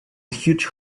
huge